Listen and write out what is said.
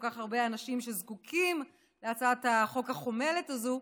כך הרבה אנשים שזקוקים להצעת החוק החומלת הזאת,